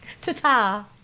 Ta-ta